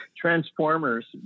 Transformers